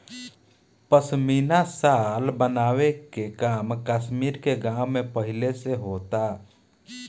पश्मीना शाल बनावे के काम कश्मीर के गाँव में पहिले से होता